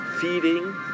feeding